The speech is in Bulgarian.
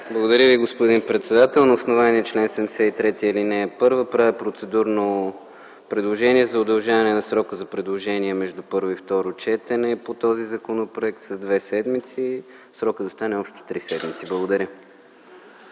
Благодаря Ви, господин председател. На основание чл. 73, ал. 1 правя процедурно предложение за удължаване на срока за предложения между първо и второ четене по този законопроект с две седмици. Срокът да стане общо три седмици. Благодаря.